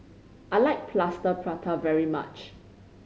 I like Plaster Prata very much